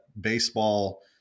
baseball